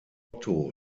otto